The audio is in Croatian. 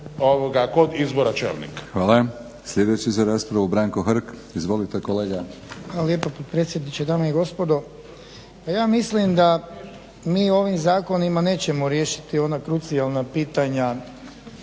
kod izbora čelnika.